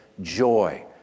joy